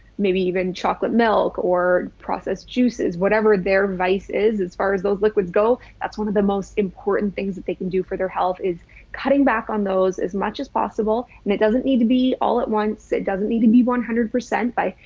maybe even chocolate milk or processed juices, whatever their vice is. as far as those liquids go, that's one of the most important things that they can do for their health is cutting back on those as much as possible. and it doesn't need to be all at it. doesn't need to be one hundred percent buy,